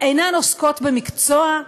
אינן עוסקות במקצוע,